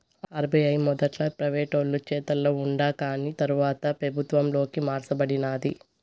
RBI మొదట్ల ప్రైవేటోలు చేతల ఉండాకాని తర్వాత పెబుత్వంలోకి మార్స బడినాది